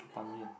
Ban-Mian